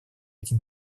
этим